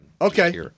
Okay